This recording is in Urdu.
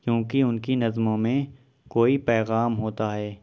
کیونکہ ان کی نظموں میں کوئی پیغام ہوتا ہے